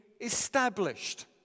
established